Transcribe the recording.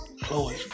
Chloe